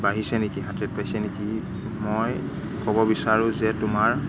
বাঢ়িছে নেকি heart rate বাঢ়িছে নেকি মই ক'ব বিচাৰো যে তোমাৰ